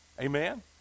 Amen